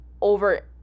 over